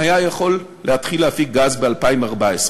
היה אפשר להתחיל להפיק גז ב-2014.